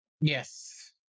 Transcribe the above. Yes